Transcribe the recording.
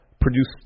produced